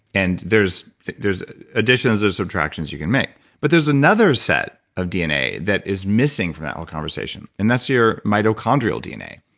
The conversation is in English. and there's there's additions there's subtractions you can make. but there's another set of dna that is missing from that whole conversation, and that's your mitochondrial dna.